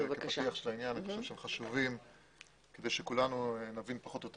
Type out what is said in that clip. בפתיח שאני חושב שהן חשובות כדי שכולנו נבין פחות או יותר